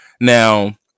Now